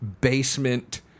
basement